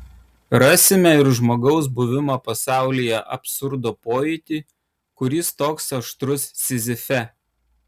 rasime ir žmogaus buvimo pasaulyje absurdo pojūtį kuris toks aštrus sizife